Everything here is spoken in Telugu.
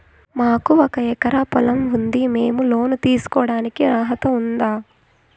మాకు ఒక ఎకరా పొలం ఉంది మేము లోను తీసుకోడానికి అర్హత ఉందా